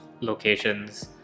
locations